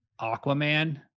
Aquaman